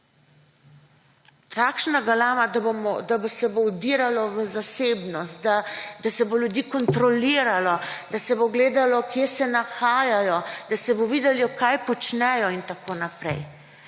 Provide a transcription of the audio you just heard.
Takšna galama, da se bo vdiralo v zasebnost, da se bo ljudi kontroliralo, da se bo gledalo, kje se nahajajo, da se bo videlo, kaj počnejo in tako naprej.